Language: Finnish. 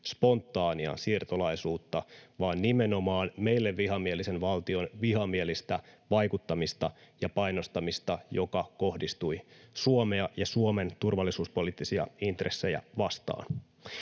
spontaania siirtolaisuutta, vaan nimenomaan meille vihamielisen valtion vihamielistä vaikuttamista ja painostamista, joka kohdistui Suomea ja Suomen turvallisuuspoliittisia intressejä vastaan.